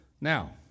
Now